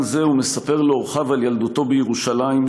זה ומספר לאורחיו על ילדותו בירושלים,